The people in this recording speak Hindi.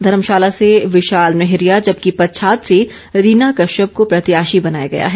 धर्मशाला से विशाल नेहरिया जबकि पच्छाद से रीना कॅश्यप को प्रत्याशी बनाया गया है